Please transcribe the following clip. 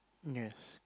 yes